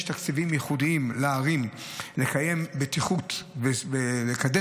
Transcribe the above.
לערים יש תקציבים ייחודיים לקיים בטיחות ולקדם